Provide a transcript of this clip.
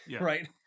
Right